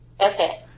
Okay